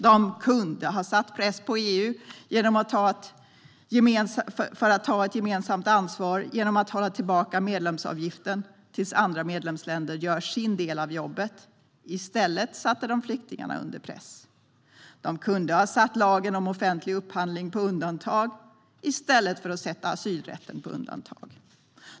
Den kunde ha satt press på EU att ta ett gemensamt ansvar genom att hålla tillbaka medlemsavgiften tills andra medlemsländer gör sin del av jobbet. I stället satte den flyktingarna under press. Den kunde ha satt lagen om offentlig upphandling på undantag i stället för att sätta asylrätten på undantag.